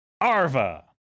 Arva